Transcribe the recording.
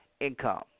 income